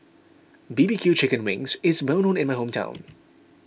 B B Q Chicken Wings is well known in my hometown